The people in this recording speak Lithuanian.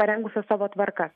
parengusios savo tvarkas